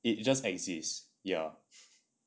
it just exist ya